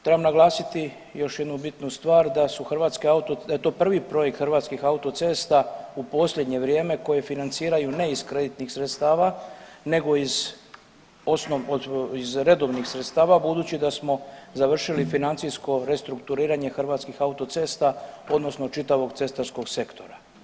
Trebam naglasiti još jednu bitnu stvar da su Hrvatske autoceste, da je to prvi projekt Hrvatskih autocesta u posljednje vrijeme koji financiraju ne iz kreditnih sredstava nego iz redovnih sredstava budući da smo završili financijsko restrukturiranje Hrvatskih autocesta odnosno čitavom cestarskog sektora.